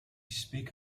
speak